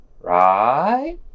Right